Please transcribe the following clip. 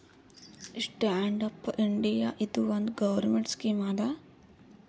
stand up India ಇದು ಒಂದ್ government scheme ಅದಾ